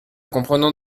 comprenant